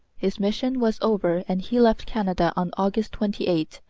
his mission was over and he left canada on august twenty eight,